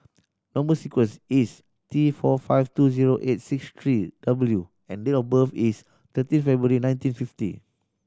number sequence is T four five two zero eight six three W and date of birth is thirteen February nineteen fifty